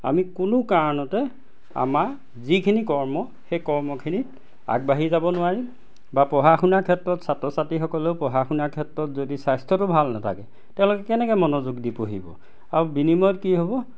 আমি কোনো কাৰণতে আমাৰ যিখিনি কৰ্ম সেই কৰ্মখিনিত আগবাঢ়ি যাব নোৱাৰিম বা পঢ়া শুনাৰ ক্ষেত্ৰত ছাত্ৰ ছাত্ৰীসকলেও পঢ়া শুনাৰ ক্ষেত্ৰত যদি স্বাস্থ্যটো ভাল নাথাকে তেওঁলোকে কেনেকে মনোযোগ দি পঢ়িব আৰু বিনিময়ত কি হ'ব